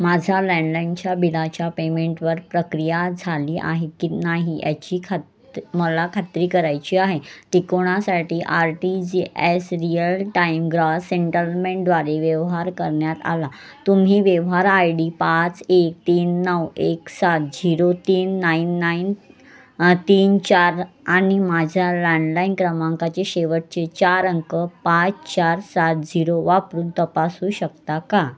माझा लँडलाईनच्या बिलाच्या पेमेंटवर प्रक्रिया झाली आहे की नाही याची खात मला खात्री करायची आहे तिकोना साठी R T G S real time gross सेंटलमेंटद्वारे व्यवहार करण्यात आला तुम्ही व्यवहार आय डी पाच एक तीन नऊ एक सात झिरो तीन नाईन नाईन तीन चार आणि माझ्या लँडलाईन क्रमांकाचे शेवटचे चार अंक पाच चार सात झिरो वापरून तपासू शकता का